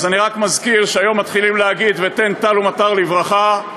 אז אני רק מזכיר שהיום מתחילים להגיד "ותן טל ומטר לברכה",